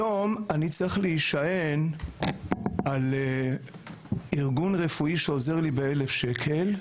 היום אני צריך להישען על ארגון רפואי שעוזר לי ב-1,000 שקל,